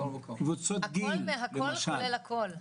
הכל מהכל כולל הכל נכון?